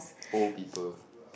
old people